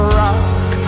rock